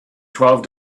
twelve